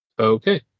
Okay